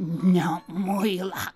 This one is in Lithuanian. ne muilą